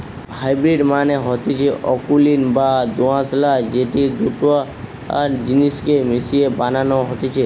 hybrid মানে হতিছে অকুলীন বা দোআঁশলা যেটি দুটা জিনিস কে মিশিয়ে বানানো হতিছে